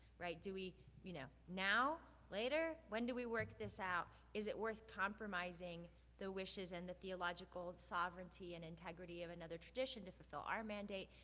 right? do we you know now, later, when do we work this out? is it worth compromising the wishes and the theological sovereignty and integrity of another tradition to fulfill our mandate?